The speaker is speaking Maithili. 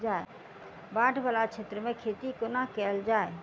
बाढ़ वला क्षेत्र मे खेती कोना कैल जाय?